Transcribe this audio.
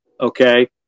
okay